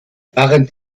waren